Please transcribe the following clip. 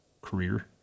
career